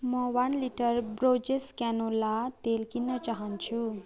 म one litre ब्रोजेस canola तेल किन्न चाहन्छु